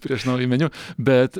prieš naują meniu bet